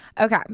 Okay